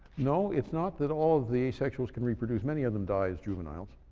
no, it's not that all of the asexuals can reproduce. many of them die as juveniles.